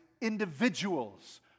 individuals